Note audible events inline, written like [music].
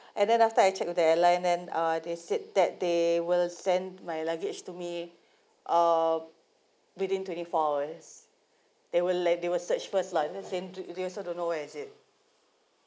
and then after I checked at the line then they said that they will send my luggage to me [breath] uh within twenty four hours they will like they will search first lah and then send to you they also don't know where is it